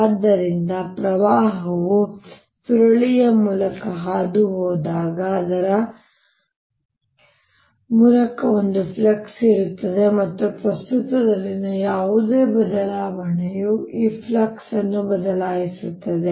ಆದ್ದರಿಂದ ಪ್ರವಾಹವು ಸುರುಳಿಯ ಮೂಲಕ ಹಾದುಹೋದಾಗ ಅದರ ಮೂಲಕ ಒಂದು ಫ್ಲಕ್ಸ್ ಇರುತ್ತದೆ ಮತ್ತು ಪ್ರಸ್ತುತದಲ್ಲಿನ ಯಾವುದೇ ಬದಲಾವಣೆಯು ಈ ಫ್ಲಕ್ಸ್ ಅನ್ನು ಬದಲಾಯಿಸುತ್ತದೆ